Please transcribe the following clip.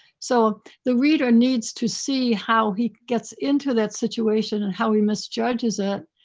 so the reader needs to see how he gets into that situation and how he misjudges it.